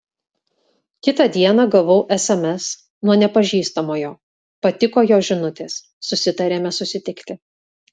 kitą dieną gavau sms nuo nepažįstamojo patiko jo žinutės susitarėme susitikti